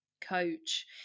coach